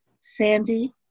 Sandy